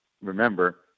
remember